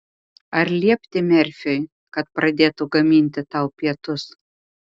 ar liepti merfiui kad pradėtų gaminti tau pietus